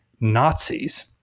Nazis